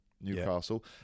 Newcastle